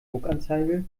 druckanzeige